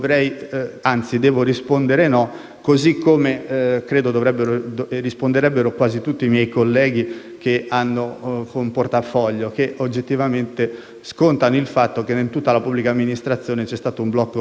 così come credo risponderebbero quasi tutti i miei colleghi che hanno un portafoglio e che oggettivamente scontano il fatto che in tutta la pubblica amministrazione c'è stato un blocco pluriennale